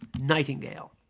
Nightingale